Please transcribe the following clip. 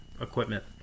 equipment